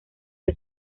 que